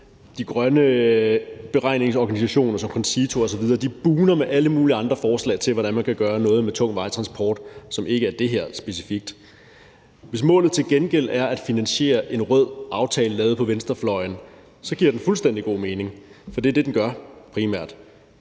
de grønne beregningsorganisationer som CONCITO osv. bugner med alle mulige andre forslag til, hvordan man kan gøre noget ved tung vejtransport, som ikke specifikt er det her. Hvis målet til gengæld er at finansiere en rød aftale lavet på venstrefløjen, giver det fuldstændig mening, for det er det, det primært